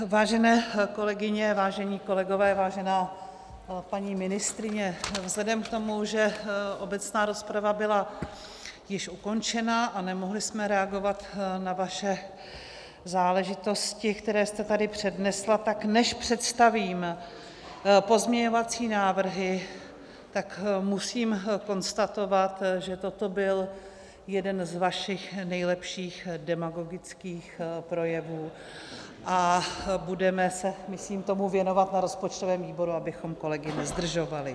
Vážené kolegyně, vážení kolegové, vážená paní ministryně, vzhledem k tomu, že obecná rozprava byla již ukončena a nemohli jsme reagovat na vaše záležitosti, které jste tady přednesla, tak než představím pozměňovací návrhy, tak musím konstatovat, že toto byl jeden z vašich nejlepších demagogických projevů, a budeme se, myslím, tomu věnovat na rozpočtovém výboru, abychom kolegy nezdržovali.